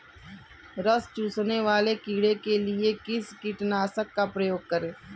रस चूसने वाले कीड़े के लिए किस कीटनाशक का प्रयोग करें?